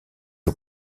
aux